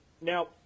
Now